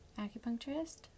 acupuncturist